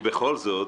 ובכל זאת,